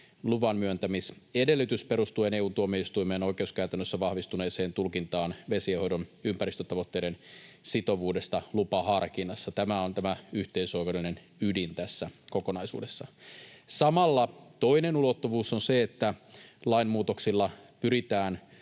luvanmyöntämisedellytys perustuen EU:n tuomioistuimen oikeuskäytännössä vahvistuneeseen tulkintaan vesienhoidon ympäristötavoitteiden sitovuudesta lupaharkinnassa. Tämä on tämä yhteisöoikeudellinen ydin tässä kokonaisuudessa. Samalla toinen ulottuvuus on se, että lainmuutoksilla pyritään